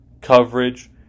coverage